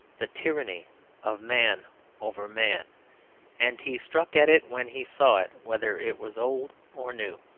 the tyranny of man over man and he struck at it when he saw it, whether it was old or new.